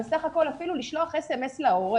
בסך הכול אפילו לשלוח אס.אמ.אס להורה.